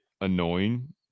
annoying